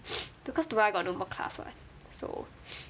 because tomorrow I got no more class what so